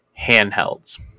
handhelds